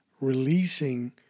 releasing